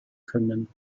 können